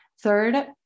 third